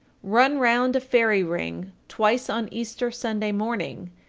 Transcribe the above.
run round a fairy ring twice on easter sunday morning,